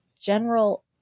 general